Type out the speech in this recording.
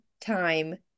time